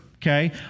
Okay